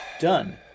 done